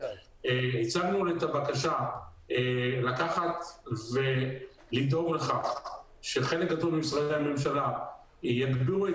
הצענו את הבקשה לקחת ולדאוג לכך שחלק גדול ממשרדי הממשלה יאגדו את